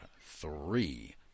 three